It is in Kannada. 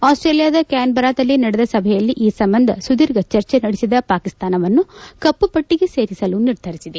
ಆಸ್ಟೇಲಿಯಾದ ಕ್ಯಾನ್ಬರಾದಲ್ಲಿ ನಡೆದ ಸಭೆಯಲ್ಲಿ ಈ ಸಂಬಂಧ ಸುದೀಫ ಚರ್ಚೆ ನಡೆಸಿದ ಪಾಕಿಸ್ತಾನವನ್ನು ಕಪ್ಪುಪಟ್ಟಿಗೆ ಸೇರಿಸಲು ನಿರ್ಧರಿಸಿದೆ